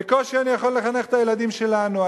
בקושי אני יכול לחנך את הילדים שלנו,